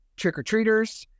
trick-or-treaters